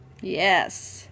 Yes